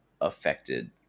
affected